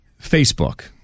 Facebook